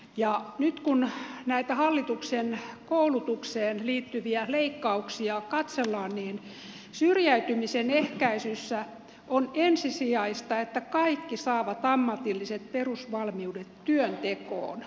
nyt kun näitä hallituksen koulutukseen liittyviä leikkauksia katsellaan niin syrjäytymisen ehkäisyssä on ensisijaista että kaikki saavat ammatilliset perusvalmiu det työntekoon